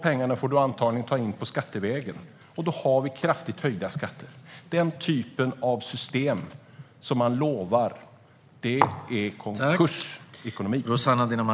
Pengarna får du antagligen ta in skattevägen, och då får vi kraftigt höjda skatter. Den typen av system som ni lovar är konkursekonomi.